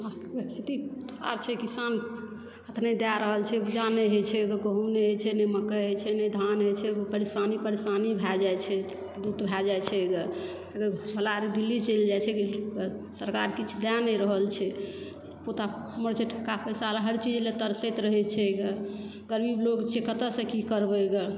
हमरा सभके खेती आर छियै किसान हाथ नहि दै रहल छै उपजा नहि होयत छै गहुम नहि होयत छै नहि मकै होयत छै नहि धान होयत छै परेशानी परेशानी भै जाइत छै दुत भय जाइत छै गऽ छोड़ा अर दिल्ली चलि जाइत छै सरकार किछु दय नहि रहल छै ओतय हमर जेठका पैसा हर चीजलऽ तरसै छै गऽ गरीब लोग छियै कतयसँ की करबै गऽ